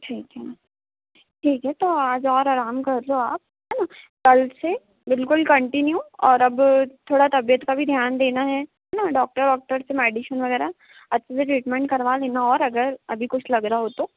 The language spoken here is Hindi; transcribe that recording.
ठीक है ठीक है तो आज और आराम कर लो आप है न कल से बिल्कुल कन्टिन्यू और अब थोड़ा तबियत का भी ध्यान देना है है न डॉक्टर वॉक्टर से मैडीसिन वगैरह अच्छे से ट्रीटमेंट करवा लेना और अगर अभी कुछ लग रहा हो तो